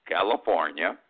California